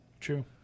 True